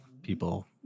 people